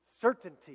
certainty